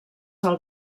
del